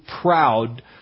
proud